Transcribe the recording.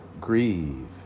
grieve